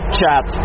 chat